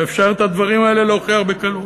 ואפשר את הדברים האלה להוכיח בקלות.